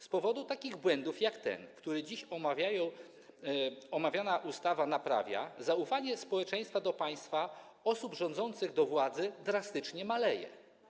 Z powodu takich błędów jak ten, który dziś omawiana ustawa naprawia, zaufanie społeczeństwa do państwa, do osób rządzących, do władzy drastycznie maleje.